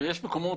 יש מקומות